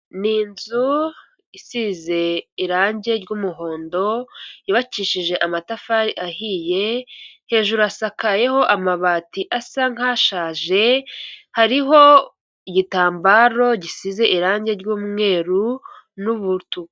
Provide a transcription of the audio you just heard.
Ni inzu isize irange ry'umuhondo yubakishije amatafari ahiye hejuru hasakayeho amabati asa nk'ashaje hariho igitambaro gisize irange ry'umweru n'umutuku.